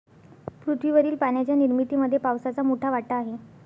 पृथ्वीवरील पाण्याच्या निर्मितीमध्ये पावसाचा मोठा वाटा आहे